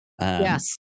Yes